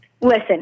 Listen